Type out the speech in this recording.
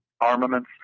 armaments